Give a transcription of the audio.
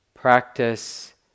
practice